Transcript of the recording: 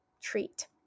treat